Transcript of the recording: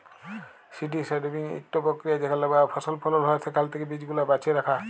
seed saving ইকট পক্রিয়া যেখালে যা ফসল ফলল হ্যয় সেখাল থ্যাকে বীজগুলা বাছে রাখা